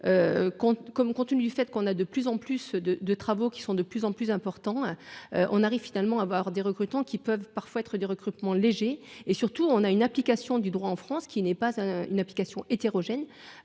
compte tenu du fait qu'on a de plus en plus de de travaux qui sont de plus en plus important. On arrive finalement à avoir des recrutements qui peuvent parfois être du recrutement léger et surtout on a une application du droit en France qui n'est pas une application hétérogènes.